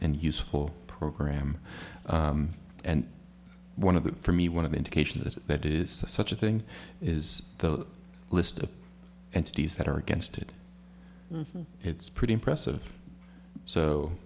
and useful program and one of the for me one of the indications that that is such a thing is the list of entities that are against it it's pretty impressive so